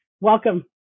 welcome